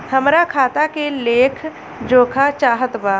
हमरा खाता के लेख जोखा चाहत बा?